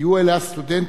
היו אלה הסטודנטים,